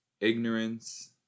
Ignorance